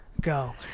go